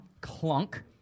Clunk